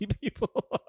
people